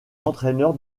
entraîneur